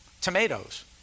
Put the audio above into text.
tomatoes